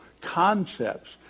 concepts